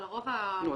אבל רוב ה --- נו,